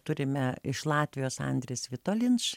turime iš latvijos andris vitolinš